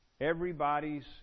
Everybody's